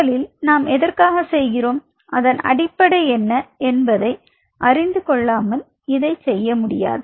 முதலில் நாம் எதற்காக செய்கிறோம் அதன் அடிப்படை என்ன என்பதை அறிந்து கொள்ளாமல் இதை செய்ய முடியாது